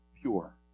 Pure